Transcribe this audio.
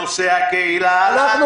נושא הקהילה הלהט"בית.